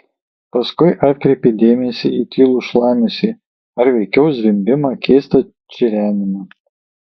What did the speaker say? paskui atkreipė dėmesį į tylų šlamesį ar veikiau zvimbimą keistą čirenimą